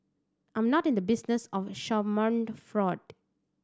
I am not in the business of schadenfreude